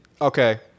okay